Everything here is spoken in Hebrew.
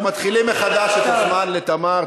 אנחנו מתחילים מחדש את הזמן לתמר,